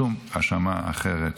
שום אשמה אחרת,